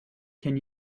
can